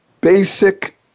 Basic